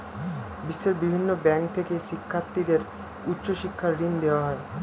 বিশ্বের বিভিন্ন ব্যাংক থেকে শিক্ষার্থীদের উচ্চ শিক্ষার জন্য ঋণ দেওয়া হয়